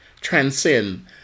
Transcend